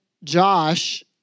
Josh